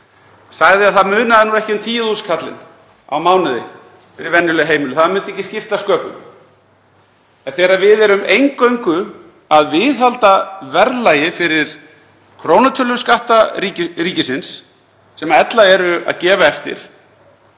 sagði að það munaði ekki um 10.000 kall á mánuði fyrir venjuleg heimili, það myndi ekki skipta sköpum. En þegar við erum eingöngu að viðhalda verðlagi fyrir krónutöluskatta ríkisins, sem ella eru að gefa eftir